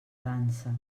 dansa